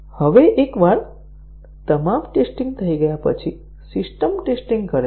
હવે એકવાર તમામ ટેસ્ટીંગ થઈ ગયા પછી સિસ્ટમ ટેસ્ટીંગ કરે છે